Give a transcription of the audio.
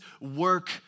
work